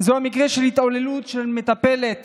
זה מקרה של התעללות של מטפלת